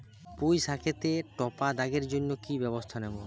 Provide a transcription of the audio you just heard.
পুই শাকেতে টপা দাগের জন্য কি ব্যবস্থা নেব?